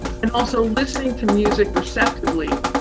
and also listening to music receptively,